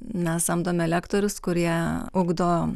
mes samdome lektorius kurie ugdo